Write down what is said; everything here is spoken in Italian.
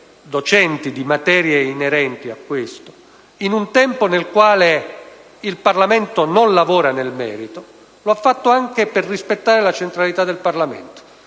docenti di materie inerenti a questo tema in un tempo nel quale il Parlamento non lavora nel merito delle riforme, lo ha fatto anche per rispettare la centralità del Parlamento.